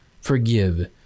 forgive